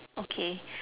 okay